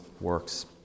works